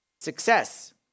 Success